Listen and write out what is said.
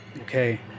Okay